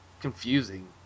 confusing